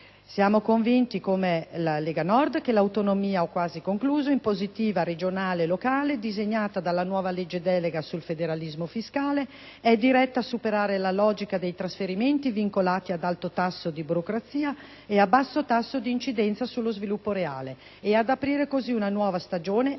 Siamo convinti come Lega Nord che l'autonomia impositiva regionale e locale disegnata dalla nuova legge delega sul federalismo fiscale è diretta a superare la logica dei trasferimenti vincolati, ad alto tasso di burocrazia e a basso tasso d'incidenza sullo sviluppo reale, e ad aprire così una nuova stagione anche